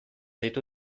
deitu